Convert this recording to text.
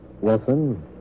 Wilson